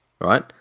Right